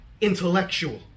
intellectual